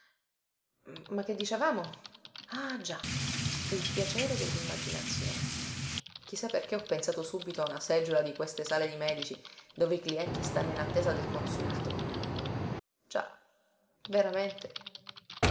ma che dicevamo ah già il piacere dellimmaginazione chi sa perché ho pensato subito a una seggiola di queste sale di medici dove i clienti stanno in attesa del consulto già veramente